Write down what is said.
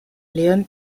leone